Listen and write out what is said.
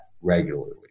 regularly